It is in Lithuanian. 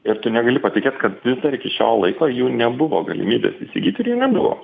ir tu negali patikėt kad vis dar iki šio laiko jų nebuvo galimybės įsigyt ir jų nebuvo